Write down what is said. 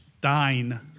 Dine